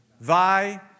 Thy